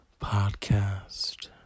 podcast